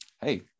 Hey